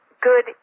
good